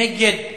נגד